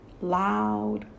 loud